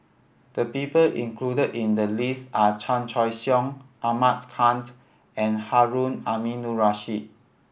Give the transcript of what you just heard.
the people included in the list are Chan Choy Siong Ahmad Khan and Harun Aminurrashid